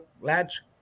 lads